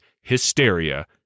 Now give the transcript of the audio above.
hysteria